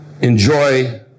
enjoy